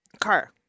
car